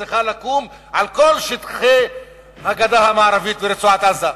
שצריכה לקום על כל שטחי הגדה המערבית ורצועת-עזה,